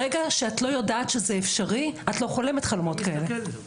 ברגע שאת לא יודעת שזה אפשרי את לא חולמת חלומות כאלה.